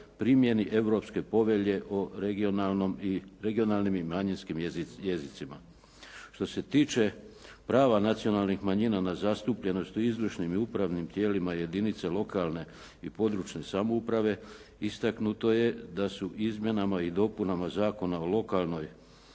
primjeni Europske povelje o regionalnim i manjinskim jezicima. Što se tiče prava nacionalnih manjina na zastupljenosti u izvršnim i upravnim tijelima jedinica lokalne i područne samouprave istaknuto je da su Izmjenama i dopunama zakona o lokalnoj